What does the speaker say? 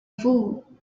fool